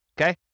Okay